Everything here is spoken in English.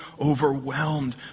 overwhelmed